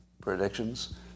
predictions